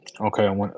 Okay